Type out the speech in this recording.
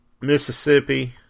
Mississippi